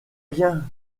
bien